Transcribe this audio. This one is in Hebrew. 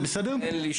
אני אתן